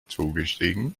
zugestiegen